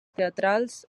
teatrals